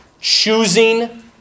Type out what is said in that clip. Choosing